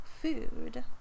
food